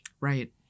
Right